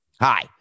Hi